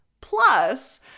Plus